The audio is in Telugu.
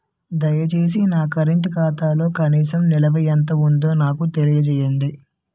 దయచేసి నా కరెంట్ ఖాతాలో కనీస నిల్వ ఎంత ఉందో నాకు తెలియజేయండి